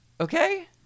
Okay